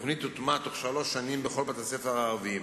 התוכנית תוטמע בתוך שלוש שנים בכל בתי-הספר הערביים.